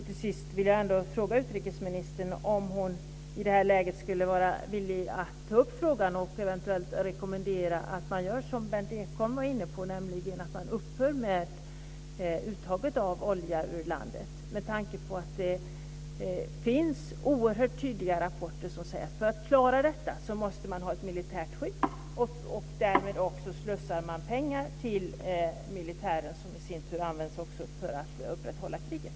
Till sist vill jag fråga utrikesministern om hon i det här läget skulle vara villig att ta upp och eventuellt rekommendera att man gör det som Berndt Ekholm var inne på, nämligen att upphöra med uttaget av olja ur landet. Det finns ju oerhört tydliga rapporter som säger att man för att klara detta måste ha ett militärt skydd, och därför slussar man pengar till militären som i sin tur också används för att upprätthålla kriget.